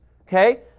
Okay